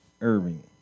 Irving